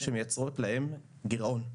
שמייצרות להם גירעון.